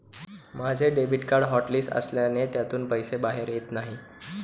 माझे debit card hotlist असल्याने त्यातून पैसे बाहेर येत नाही